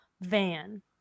van